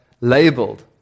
labeled